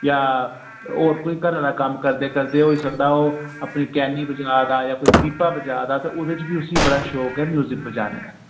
जां होर कोई घरे दा कम्म करदे करदे होई सकदा ओ अपनी कैनी बजा दा यां कोई पीपा बजा दा ते उदे च वि उस्सी बड़ा शौक ऐ म्यूजिक बजाने दा